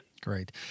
Great